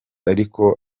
ariko